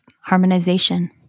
harmonization